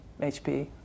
HP